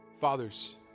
Fathers